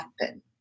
happen